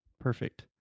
Perfect